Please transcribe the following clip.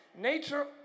Nature